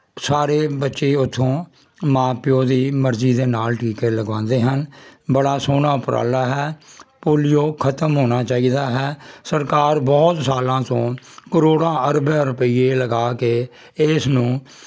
ਸਾਰੇ ਬੱਚੇ ਉੱਥੋਂ ਮਾਂ ਪਿਓ ਦੀ ਮਰਜ਼ੀ ਦੇ ਨਾਲ ਟੀਕੇ ਲਗਵਾਉਂਦੇ ਹਨ ਬੜਾ ਸੋਹਣਾ ਉਪਰਾਲਾ ਹੈ ਪੋਲੀਓ ਖਤਮ ਹੋਣਾ ਚਾਹੀਦਾ ਹੈ ਸਰਕਾਰ ਬਹੁਤ ਸਾਲਾਂ ਤੋਂ ਕਰੋੜਾਂ ਅਰਬਾਂ ਰੁਪਈਏ ਲਗਾ ਕੇ ਇਸ ਨੂੰ